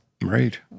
Right